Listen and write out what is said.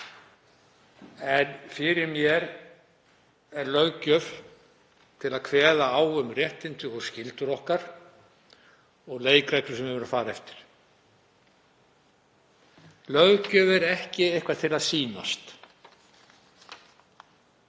en fyrir mér er löggjöf til að kveða á um réttindi og skyldur okkar og leikreglur sem við viljum fara eftir. Löggjöf er ekki eitthvað til að sýnast.